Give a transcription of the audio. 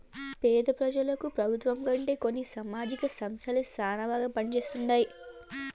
పేద పెజలకు పెబుత్వం కంటే కొన్ని సామాజిక సంస్థలే శానా బాగా పంజేస్తండాయి